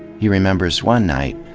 he remembers, one night,